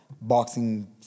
boxing